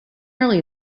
early